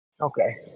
Okay